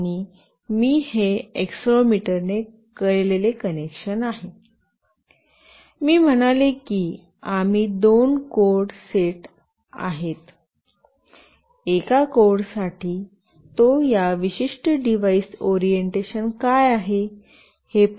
आणि मी हे एक्सेलेरोमीटर ने केलेले कनेक्शन आहे आणि मी म्हणालो की आम्ही दोन कोड सेट आहेत एका कोड साठी तो या विशिष्ट डिव्हाइस ओरिएंटेशन काय आहे हे पाठवितो